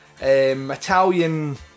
Italian